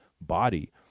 body